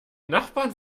nachbarn